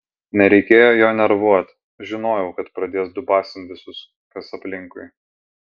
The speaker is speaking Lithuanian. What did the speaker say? nereikėjo jo nervuot žinojau kad pradės dubasint visus kas aplinkui